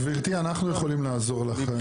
גברתי, אנחנו יכולים לעזור לך.